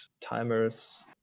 timers